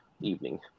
evening